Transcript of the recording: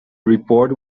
report